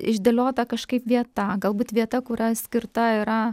išdėliota kažkaip vieta galbūt vieta kurioj skirta yra